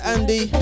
Andy